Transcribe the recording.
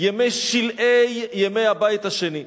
ימי שלהי ימי הבית השני.